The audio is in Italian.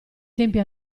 tempi